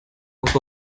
kuko